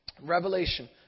Revelation